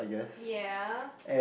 ya